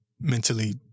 mentally